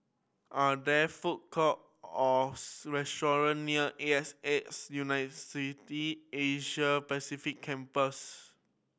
are there food courts or restaurants near A X A University Asia Pacific Campus